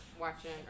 watching